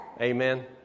Amen